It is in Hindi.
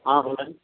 हाँ बहन